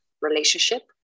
relationship